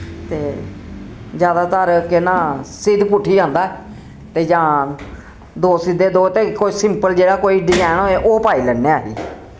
ते जैदातर केह् नांऽ सिद्द पुट्ठ ही आंदा ऐ ते जां दो सिद्धे दो ते इक ओह् सिंपल जेह्ड़ा कोई डिजैन होए ओह् पाई लैन्ने असी